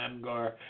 Amgar